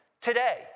today